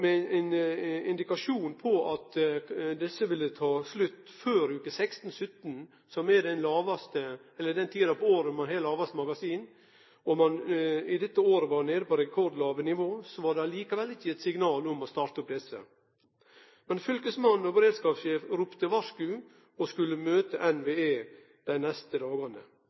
Med ein indikasjon på at det ville ta slutt før veke 16–17, som er den tida på året med lågast vassmengde i magasina, og ein dette året var nede på rekordlågt nivå, var det likevel ikkje eit signal om å starte opp desse. Fylkesmannen og beredskapssjef ropte varsku og skulle møte NVE dei neste dagane.